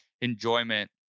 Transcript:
enjoyment